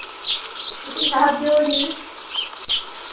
ᱠᱟᱹᱴᱤᱡ ᱥᱟᱦᱟᱡᱽᱡᱚᱧ ᱢᱮ